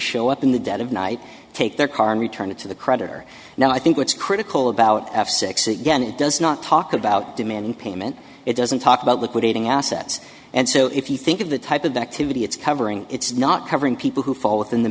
show up in the dead of night take their car and return it to the creditor now i think what's critical about f six again it does not talk about demanding payment it doesn't talk about liquidating assets and so if you think of the type of activity it's covering it's not covering people who fall within the